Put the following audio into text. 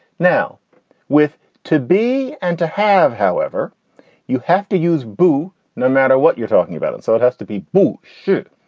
now with to be and to have. however you have to use bu no matter what you're talking about. and so it has to be boot shoot.